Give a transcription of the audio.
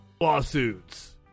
lawsuits